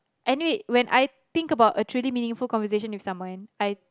anyway when I think about a truly meaningful conversation with someone I